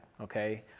Okay